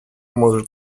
может